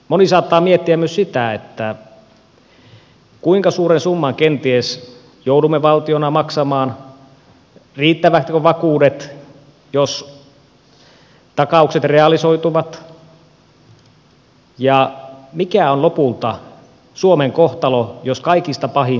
moni saattaa miettiä myös sitä kuinka suuren summan kenties joudumme valtiona maksamaan riittävätkö vakuudet jos takaukset realisoituvat ja mikä on lopulta suomen kohtalo jos kaikista pahin skenaario toteutuu